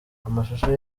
amashusho